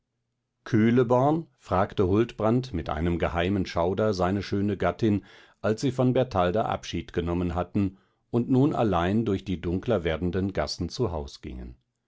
kühleborn fragte huldbrand mit einem geheimen schauder seine schöne gattin als sie von bertalda abschied genommen hatten und nun allein durch die dunkler werdenden gassen zu haus gingen